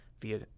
via